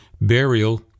Burial